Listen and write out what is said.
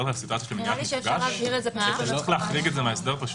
אפשר להחריג את זה מההסדר.